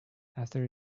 after